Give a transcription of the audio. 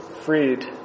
freed